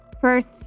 First